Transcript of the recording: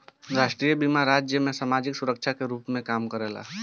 राष्ट्रीय बीमा राज्य में सामाजिक सुरक्षा के रूप में काम करेला